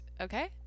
Okay